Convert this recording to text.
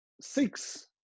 six